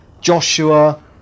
Joshua